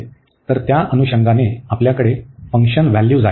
तर त्या अनुषंगाने आपल्याकडे फंक्शन व्हॅल्यूज आहेत